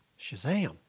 shazam